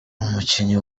umukinnyi